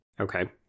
Okay